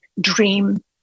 dream